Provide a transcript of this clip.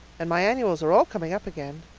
and my annuals are all coming up again.